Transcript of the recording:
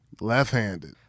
Left-handed